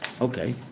Okay